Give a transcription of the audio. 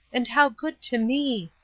and how good to me!